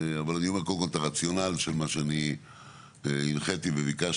אבל אני אומר קודם כל את הרציונל של מה שאני הנחיתי וביקשתי,